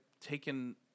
taken